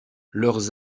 leurs